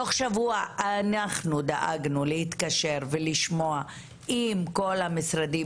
תוך שבוע אנחנו דאגנו להתקשר ולשמוע אם כל המשרדים